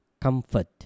comfort